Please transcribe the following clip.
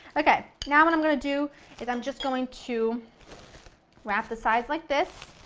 okay, now what i'm going to do is i'm just going to wrap the sides like this,